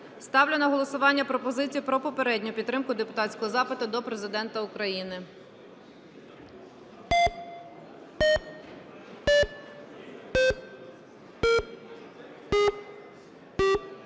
Ставлю на голосування пропозицію про попередню підтримку депутатського запиту до Президента України.